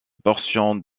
portion